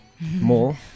More